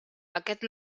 aquest